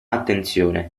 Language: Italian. attenzione